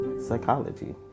psychology